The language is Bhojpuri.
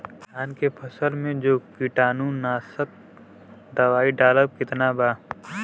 धान के फसल मे जो कीटानु नाशक दवाई डालब कितना?